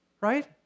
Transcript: right